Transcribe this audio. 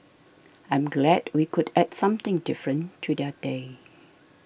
I am glad we could add something different to their day